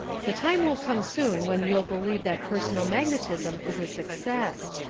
the time will come soon when you'll believe that personal magne tism is a success.